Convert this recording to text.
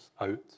out